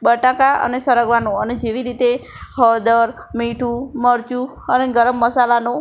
બટાકા અને સરગવાનું અને જેવી રીતે હળદર મીઠું મરચું અને ગરમ મસાલાનું